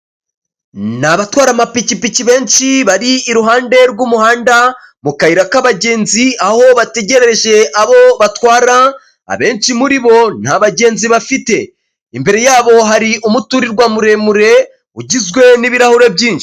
Ni abatwara amapikipiki benshi bari iruhande rw'umuhanda mu kayira k'abagenzi aho bategereje abo batwara, abenshi muri bo nta bagenzi bafite. Imbere yabo hari umuturirwa muremure ugizwe n'ibirahure byinshi.